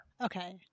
Okay